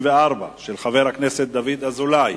34, של חבר הכנסת דוד אזולאי: